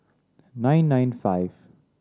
nine nine five